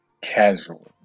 casual